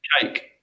cake